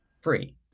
free